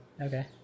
Okay